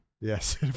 yes